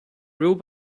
real